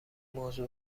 موضوع